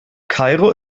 kairo